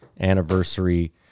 anniversary